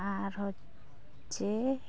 ᱟᱨ ᱦᱚᱪᱪᱷᱮ